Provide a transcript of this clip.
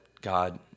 God